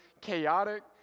chaotic